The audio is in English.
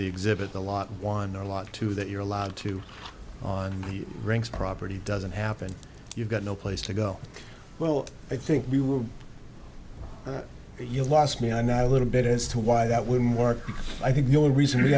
the exhibit a lot one or a lot to that you're allowed to on the rings property doesn't happen you've got no place to go well i think we were you lost me i'm not a little bit as to why that wouldn't work i think the reason we